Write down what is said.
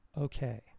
Okay